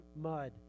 mud